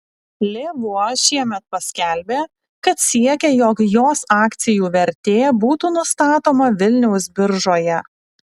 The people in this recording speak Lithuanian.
lėvuo šiemet paskelbė kad siekia jog jos akcijų vertė būtų nustatoma vilniaus biržoje